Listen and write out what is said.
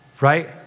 Right